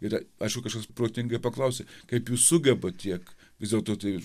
ir aišku kažkas protingai paklausė kaip jūs sugebat tiek vis dėlto tai